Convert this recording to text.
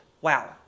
Wow